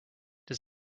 does